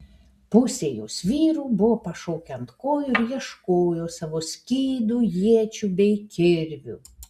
pusė jos vyrų buvo pašokę ant kojų ir ieškojo savo skydų iečių bei kirvių